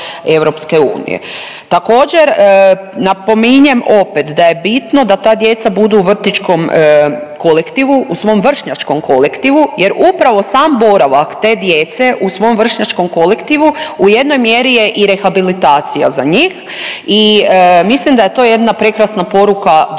Također napominjem opet da je bitno da ta djeca budu u vrtićkom kolektivu, u svom vršnjačkom kolektivu jer upravo sam boravak te djece u svom vršnjačkom kolektivu u jednoj mjeri je i rehabilitacija za njih i mislim da je to jedna prekrasna poruka drugoj